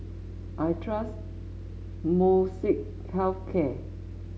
I trust Molnylcke Health Care